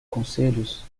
conselhos